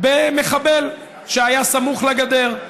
במחבל שהיה סמוך לגדר.